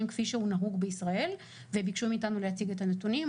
כפי שהוא נהוג בישראל וביקשו מאיתנו להציג את הנתונים,